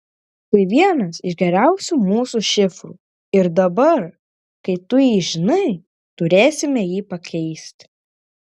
tai vienas iš geriausių mūsų šifrų ir dabar kai tu jį žinai turėsime jį pakeisti